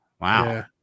Wow